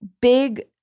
big